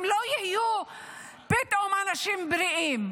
הם לא יהיו פתאום אנשים בריאים,